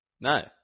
No